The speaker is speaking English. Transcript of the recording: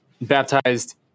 Baptized